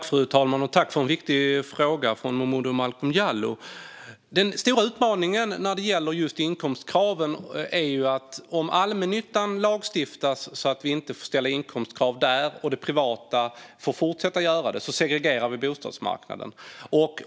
Fru talman! Jag tackar Momodou Malcolm Jallow för en viktig fråga. Den stora utmaningen när det gäller inkomstkraven är att om vi lagstiftar om att allmännyttan inte får ställa inkomstkrav men det privata får fortsätta göra det segregeras bostadsmarknaden.